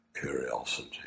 curiosity